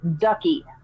Ducky